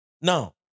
Now